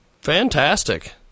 Fantastic